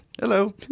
hello